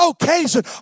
occasion